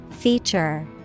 Feature